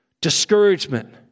discouragement